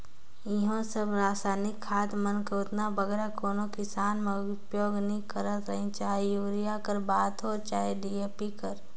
इहों सब रसइनिक खाद मन कर ओतना बगरा कोनो किसान मन उपियोग नी करत रहिन चहे यूरिया कर बात होए चहे डी.ए.पी कर